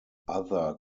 other